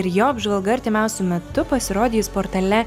ir jo apžvalga artimiausiu metu pasirodys portale